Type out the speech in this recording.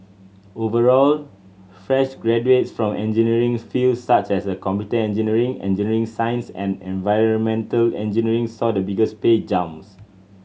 overall fresh graduates from engineering fields such as a computer engineering engineering science and environmental engineering saw the biggest pay jumps